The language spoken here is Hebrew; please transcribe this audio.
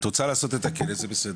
את רוצה לעשות את הכנס, זה בסדר.